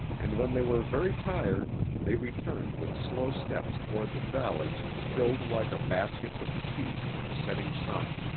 and when they were very tired they returned with slow steps toward the valley filled like a basket with the sheaves of the setting sun.